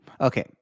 Okay